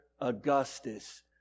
Augustus